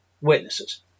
witnesses